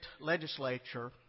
legislature